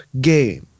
game